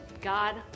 God